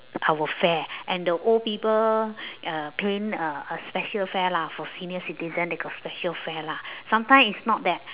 our fare and the old people uh paying a a special fare lah for senior citizen they got special fare lah sometimes it's not that